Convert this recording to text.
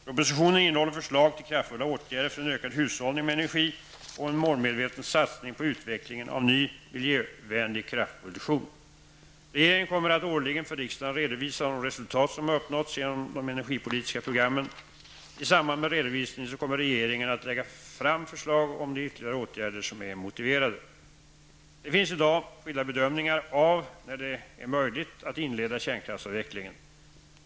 Propositionen innehåller förslag till kraftfulla åtgärder för ökad hushållning med energi och en målmedveten satsning på utveckling av ny miljövänlig kraftproduktion. Regeringen kommer att årligen för riksdagen redovisa de resultat som har uppnåtts genom de energipolitiska programmen. I sam band med redovisningen kommer regeringen att lägga fram förslag om de ytterligare åtgärder som är motiverade. Det finns i dag skilda bedömningar av när det är möjligt att inleda kärnkraftsavvecklingen.